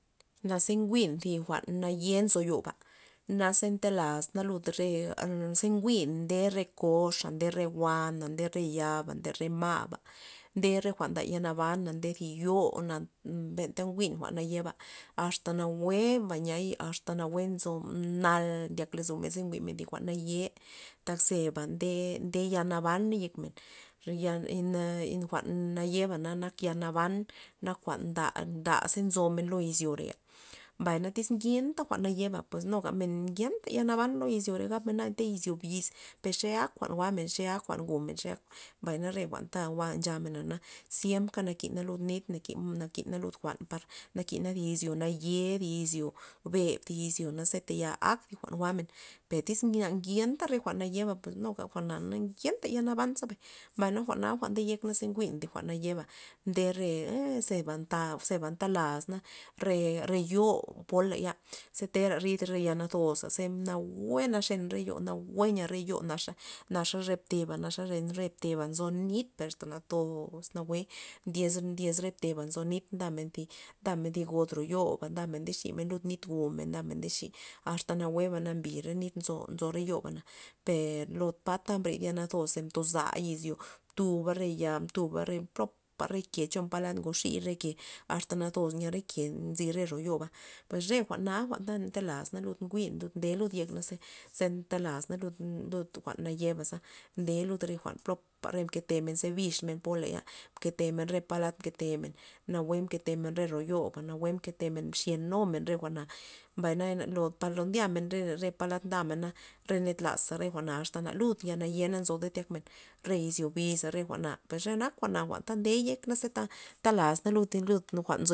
Naze njwi'n thi jwa'n naye' nzo yoba naze ntelazna lud re aa njwi'n ndere koxa ndere wana ndere yaba ndere ma'ba ndere jwa'na yalnabana ndere yo na benta njwi'n jwa'n naye'ba asta nawueba niay asta nawue nal nzo ndyak lozomen ze njwi'men thi jwa'n naye' tak zeba nde- nde yal naban yek men yal- na jwa'n nayena nak jwa'n yalnaban jwa'n- jwa'n nda- ndaze nzomen lo izyore ya, mbay tyz ngenta jwa'n nayeba pues nuga ngenta yalnaban lo izyore ze gabmen anta izyo biz per xe ak jwa'n jwa'men xe aj jwa'n jwu'men mbay re jwa'n wan ta nchamena siemka nakina lud nit nakina lud jwa'n par nakina ty izyo naye' thi izyo beb thi izyo ze ak jwa'n jwa'men per tyz na ngenta re jwa'n nayeba jwa'na ngenta yalnaban zabay mbay jwa'na nde yek naza njwi'n thi jwa'n nayeba nde re ee zeba ntap zeba ntelazna re- re yo' poley ze tera ryd re yal nazosa ze nawue naxen re yo' nawue nya re yo' naxa naxa re bteba naxa re teba nzo nit per asta natoz nawue ndyez- ndyez re teba nzo nit ndamen thi ndamen thi god ro yona ndamen nde ximen lud nit jwu'men ndamen nde xi asta nawueba nambi re nir nzo nzo re yo'bana pe lo tata mbrid ya nazos ze ngoza izyo mtuba re ya mtuba re propa re ke chopa ngoxi re ke asta nazos nya re ke nzi re royoba pues re jwa'na ta ntelazna lud ngid lud nde yekna ze netlazna lud- lud jwa'n naye'baza nde lud re jwa'n popa mketemen ze bixmen poley mketemen re palda mketem nawue mketemen ro yona nawue mketemen mxenumen re jwa'na mbay naya na par lo ndyamen re- re palad ndamen re ned laza re je jwa'n asta na lud nya naye' nzo lud tya ndyakmen izyo bixa re jwa'n per nak jwa'na nde yekna ze ta ntelazna ze lud jwa'n.